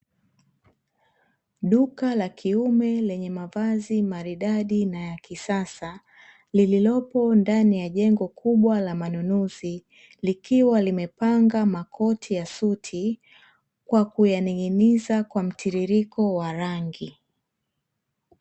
Duka la kiume lenye mavazi maridadi na ya kiasa, lililopo ndani ya jengo kubwa la manunuzi, likiwa limepanga makoti ya suti, kwa kuyaning'iniza kwa mtiririko wa rangi.